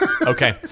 Okay